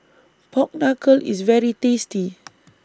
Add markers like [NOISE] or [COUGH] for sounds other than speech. Pork Knuckle IS very tasty [NOISE]